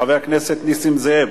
חבר הכנסת נסים זאב.